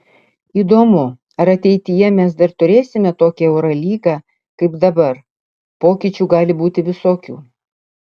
įdomu ar ateityje mes dar turėsime tokią eurolygą kaip dabar pokyčių gali būti visokių